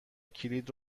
کلید